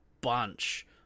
bunch